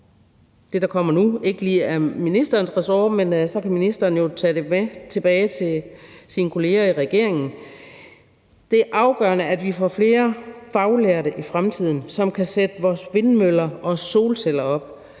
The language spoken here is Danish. det, der kommer nu, ikke lige er ministerens ressort, men så kan ministeren jo tage det med tilbage til sin kolleger i regeringen. Det er afgørende, at vi får flere faglærte i fremtiden, som kan sætte vores vindmøller og solceller op,